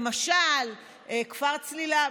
למשל כפר צלילה.